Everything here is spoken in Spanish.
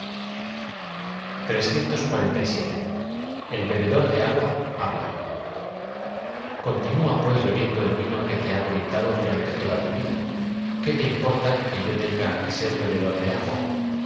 l bebedor de agua habla continúa bebieado e l t íd o que te ha deleita do durante toda tu vida qué te importa que ten g a que ser bebedor de agua